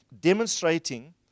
demonstrating